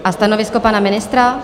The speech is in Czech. A stanovisko pana ministra?